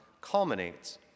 culminates